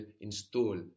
install